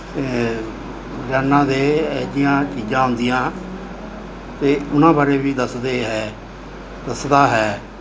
ਰੋਜ਼ਾਨਾ ਦੇ ਇਹੋ ਜਿਹੀਆਂ ਚੀਜ਼ਾਂ ਆਉਂਦੀਆਂ ਅਤੇ ਉਹਨਾਂ ਬਾਰੇ ਵੀ ਦੱਸਦੇ ਹੈ ਦੱਸਦਾ ਹੈ